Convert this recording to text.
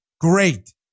great